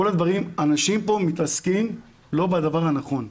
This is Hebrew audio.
אנשים פה מתעסקים לא בדבר הנכון.